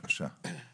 בבקשה.